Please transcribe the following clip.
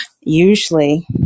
usually